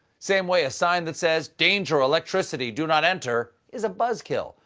same way a sign that says, danger electricity do not enter, is a buzzkill,